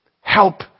Help